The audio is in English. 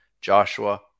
Joshua